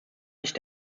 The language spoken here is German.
nicht